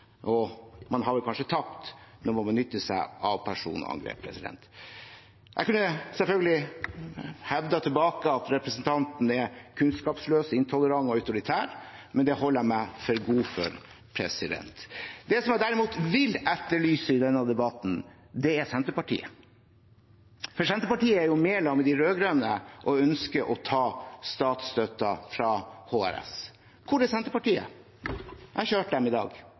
debatten. Man har kanskje tapt når man benytter seg av personangrep. Jeg kunne selvfølgelig hevdet tilbake at representanten er kunnskapsløs, intolerant og autoritær, men det holder jeg meg for god til. Det jeg derimot vil etterlyse i denne debatten, er Senterpartiet. For Senterpartiet er jo i lag med de rød-grønne og ønsker å ta statsstøtten fra HRS. Hvor er Senterpartiet? Jeg har ikke hørt dem i dag.